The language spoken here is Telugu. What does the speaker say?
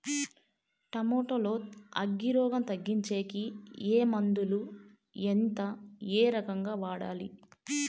టమోటా లో అగ్గి రోగం తగ్గించేకి ఏ మందులు? ఎంత? ఏ రకంగా వాడాలి?